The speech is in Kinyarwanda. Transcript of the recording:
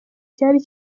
cyari